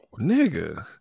nigga